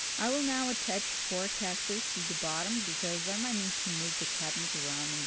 i will now attach four casters to the bottom because i might need to move the cabinet around